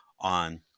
on